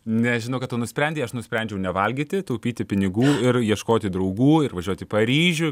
nežinau ką tu nusprendei aš nusprendžiau nevalgyti taupyti pinigų ir ieškoti draugų ir važiuot į paryžių